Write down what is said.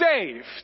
saved